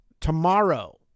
tomorrow